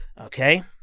Okay